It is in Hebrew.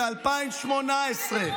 ב-2018.